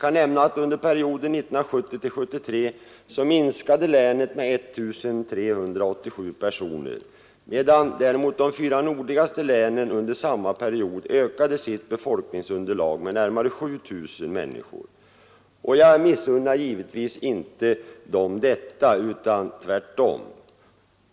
Under perioden 1970—1973 minskade länet med 1387 personer, medan däremot de fyra nordligaste länen under samma period ökade sitt befolkningsunderlag med närmare 7 000 människor. Jag missunnar dem givetvis inte detta, tvärtom.